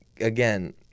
again